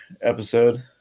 episode